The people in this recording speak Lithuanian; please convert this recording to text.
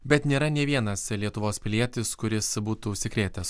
bet nėra nei vienas lietuvos pilietis kuris būtų užsikrėtęs